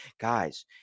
guys